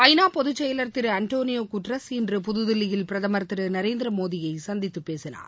ஐநா பொதுச்செயலர் திரு ஆண்டனியா குட்ரஸ் இன்று புததில்லியில் பிரதமர் திரு நரேந்திரமோடியை சந்தித்து பேசினார்